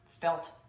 felt